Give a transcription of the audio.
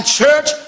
church